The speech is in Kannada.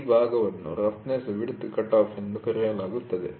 ಈ ಭಾಗವನ್ನು ರಫ್ನೆಸ್ ವಿಡ್ತ್ ಕಟಾಫ್ ಎಂದು ಕರೆಯಲಾಗುತ್ತದೆ